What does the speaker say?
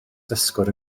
dysgwr